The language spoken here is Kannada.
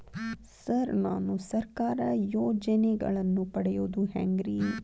ಸರ್ ನಾನು ಸರ್ಕಾರ ಯೋಜೆನೆಗಳನ್ನು ಪಡೆಯುವುದು ಹೆಂಗ್ರಿ?